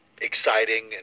exciting